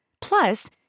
Plus